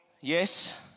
Yes